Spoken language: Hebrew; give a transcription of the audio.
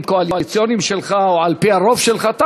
הקואליציוניים שלך או על-פי הרוב שלך,